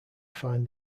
find